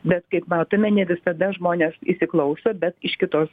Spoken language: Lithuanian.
bet kaip matome ne visada žmonės įsiklauso bet iš kitos